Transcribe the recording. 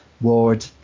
Ward